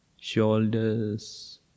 shoulders